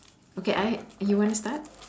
okay I you wanna start